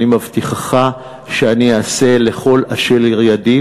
אני מבטיחך שאני אעשה כל אשר לאל ידי,